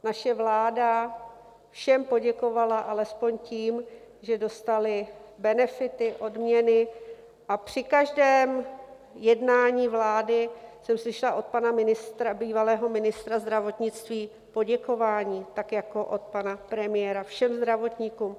Naše vláda všem poděkovala alespoň tím, že dostali benefity, odměny a při každém jednání vlády jsem slyšela od pana bývalého ministra zdravotnictví poděkování, tak jako od pana premiéra, všem zdravotníkům.